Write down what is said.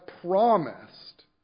promised